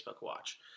Watch